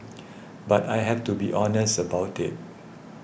but I have to be honest about it